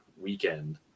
weekend